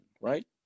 right